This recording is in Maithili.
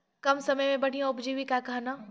कम समय मे बढ़िया उपजीविका कहना?